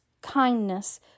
kindness